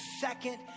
second